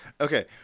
okay